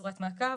צורת מעקב,